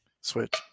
Switch